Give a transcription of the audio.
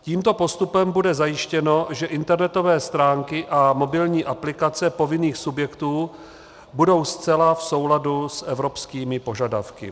Tímto postupem bude zajištěno, že internetové stránky a mobilní aplikace povinných subjektů budou zcela v souladu s evropskými požadavky.